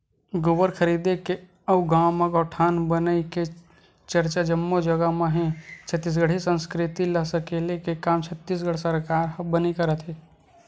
गोबर खरीदे के अउ गाँव म गौठान बनई के चरचा जम्मो जगा म हे छत्तीसगढ़ी संस्कृति ल सकेले के काम छत्तीसगढ़ सरकार ह बने करत हे